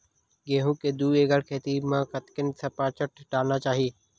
गेहूं के दू एकड़ खेती म कतेकन सफाचट डालना चाहि?